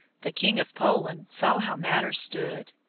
the king of poland saw how matters stood.